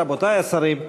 רבותי השרים,